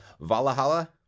Valhalla